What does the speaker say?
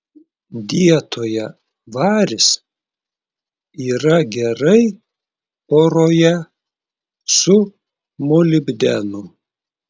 dietoje varis yra gerai poroje su molibdenu